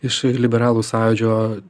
iš liberalų sąjūdžio